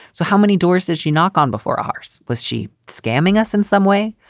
so how many doors does she knock on before ours? was she scamming us in some way?